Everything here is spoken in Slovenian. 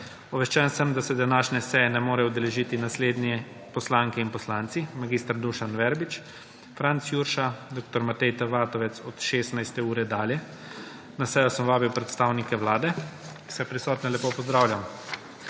Obveščen sem, da se današnje seje ne more udeležiti naslednje poslanke in poslanci: mag. Dušan Verbič, Franc Jurša, dr. Matej T. Vatovec od 16. ure dalje. Na sejo sem vabil predstavnike Vlade. Vse prisotne lepo pozdravljam.